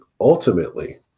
ultimately